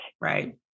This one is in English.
right